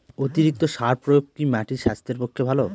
অতিরিক্ত সার প্রয়োগ কি মাটির স্বাস্থ্যের পক্ষে ভালো?